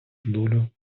долю